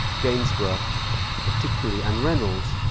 gainsborough particularly, and reynolds,